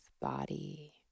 body